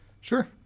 sure